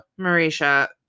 marisha